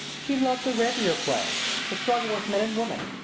she loves the rapier play the struggle with men and women.